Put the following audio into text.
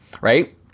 right